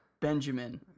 Benjamin